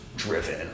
driven